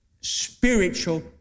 spiritual